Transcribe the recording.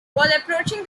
approaching